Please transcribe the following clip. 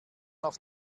noch